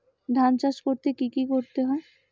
ধান চাষ করতে কি কি করতে হয়?